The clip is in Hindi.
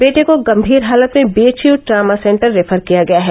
बेटे को गंभीर हालत में बीएचयू ट्रॉमा सेंटर रेफर किया गया है